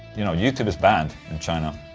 you know youtube is banned in china.